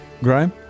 Graham